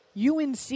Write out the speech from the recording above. UNC